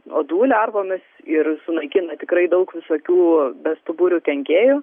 uodų lervomis ir sunaikina tikrai daug visokių bestuburių kenkėjų